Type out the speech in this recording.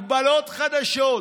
הגבלות חדשות,